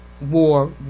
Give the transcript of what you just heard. war